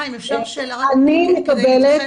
את דיברת